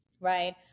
right